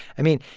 i mean,